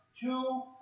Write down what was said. two